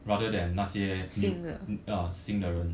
rather than 那些 new uh 新的人